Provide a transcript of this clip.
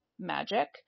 magic